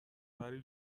پری